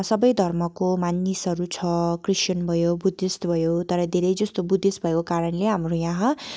सबै धर्मको मानिसहरू छ क्रिस्तान भयो बुद्धिस्ट भयो तर धेरै जसो बुद्धिस्ट भएको कारणले हाम्रो यहाँ